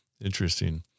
Interesting